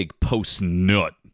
post-nut